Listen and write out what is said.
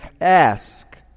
ask